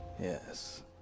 Yes